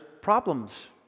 problems